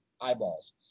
eyeballs